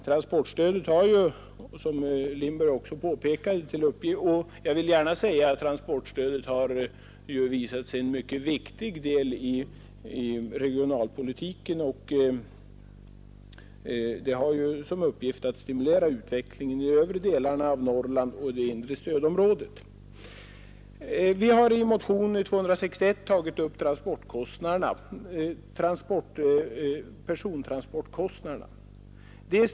Transportstödet har visat sig vara en mycket viktig del av regionalpolitiken. Det har ju till uppgift att stimulera utvecklingen i de övre delarna av Norrland och i det inre stödområdet. Vi har i motionen 261 tagit upp persontransportkostnaderna.